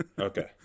Okay